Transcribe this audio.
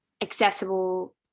accessible